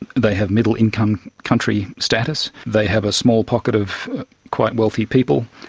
they have middle income country status, they have a small pocket of quite wealthy people,